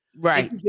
right